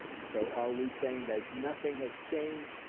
so are we saying that nothing has changed?